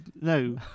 No